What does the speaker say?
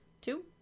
two